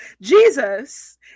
Jesus